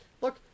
look